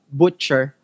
butcher